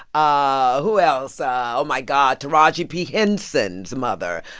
ah who else? oh, my god, taraji p. henson's mother.